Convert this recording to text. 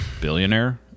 billionaire